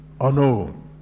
unknown